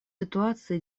ситуации